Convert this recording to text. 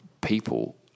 people